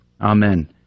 Amen